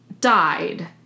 died